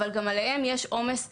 אבל גם עליהם יש עומס נורא.